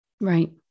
Right